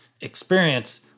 experience